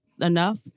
enough